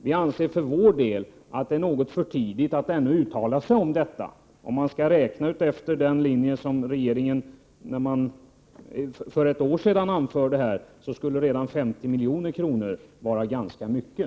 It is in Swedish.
Vi anser för vår del att det är något för tidigt att ännu uttala sig om detta. Om man skall räkna efter den linje som regeringen anförde för ett år sedan skulle redan 50 milj.kr. vara ganska mycket.